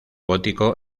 gótico